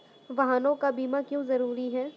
वाहनों का बीमा क्यो जरूरी है?